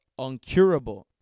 uncurable